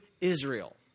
Israel